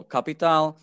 Capital